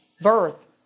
Birth